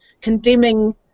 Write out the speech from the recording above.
condemning